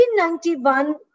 1991